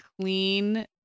clean